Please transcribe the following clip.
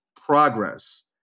progress